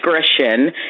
discretion